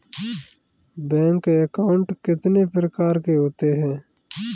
Bank account कितने प्रकार के होते हैं?